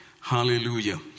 Hallelujah